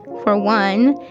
for one,